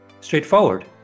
straightforward